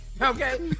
Okay